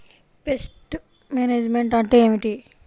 Pest management అంటే ఏమిటి?